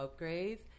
upgrades